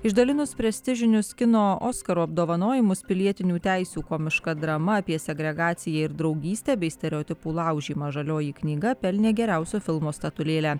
išdalinus prestižinius kino oskarų apdovanojimus pilietinių teisių komiška drama apie segregaciją ir draugystę bei stereotipų laužymą žalioji knyga pelnė geriausio filmo statulėlę